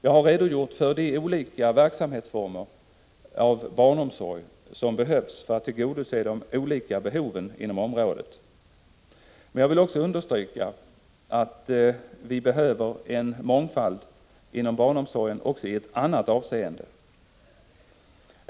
Jag har redogjort för de olika verksamhetsformer i barnomsorgen som behövs för att tillgodose de olika behoven inom området. Men jag vill också understryka att vi behöver en mångfald inom barnomsorgen även i ett annat avseende.